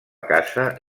casa